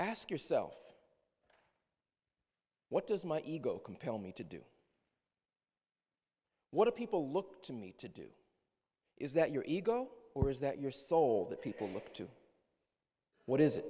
ask yourself what does my ego compel me to do what people look to me to do is that your ego or is that your soul that people look to what is